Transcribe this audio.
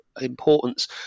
importance